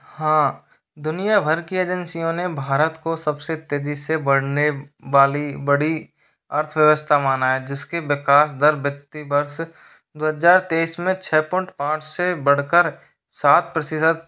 हाँ दुनिया भर की एजेंसियों ने भारत को सबसे तेज़ी से बढ़ने वाली बड़ी अर्थव्यवस्था माना है जिसके विकास दर व्यक्ति वर्ष दो हज़ार तेईस में छ पॉइंट पाँच से बढ़कर सात प्रतिशत